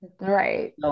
right